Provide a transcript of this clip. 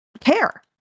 care